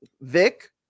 Vic